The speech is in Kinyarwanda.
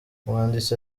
umwanditsi